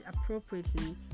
appropriately